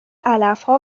علفها